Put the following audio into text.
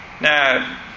Now